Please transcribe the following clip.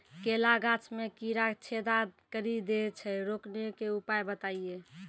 केला गाछ मे कीड़ा छेदा कड़ी दे छ रोकने के उपाय बताइए?